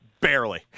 Barely